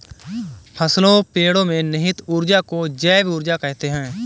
फसलों पेड़ो में निहित ऊर्जा को जैव ऊर्जा कहते हैं